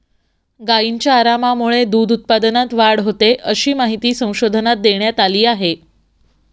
गायींच्या आरामामुळे दूध उत्पादनात वाढ होते, अशी माहिती संशोधनात देण्यात आली आहे